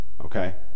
okay